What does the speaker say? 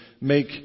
make